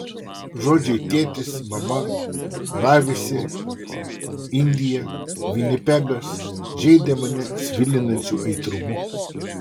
žodžiai tėtis mama ravisi indija vinipegas žeidė mane svilinančiu aitrumu